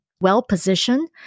well-positioned